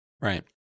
right